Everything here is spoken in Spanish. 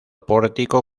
pórtico